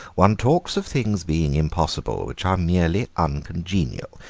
one talks of things being impossible which are merely uncongenial.